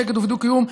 בשקט ובדו-קיום,